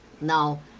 Now